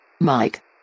Mike